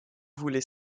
voulez